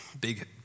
big